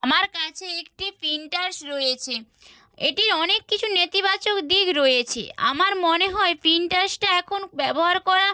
আমার কাছে একটি প্রিন্টার রয়েছে এটির অনেক কিছু নেতিবাচক দিক রয়েছে আমার মনে হয় প্রিন্টারটা এখন ব্যবহার করা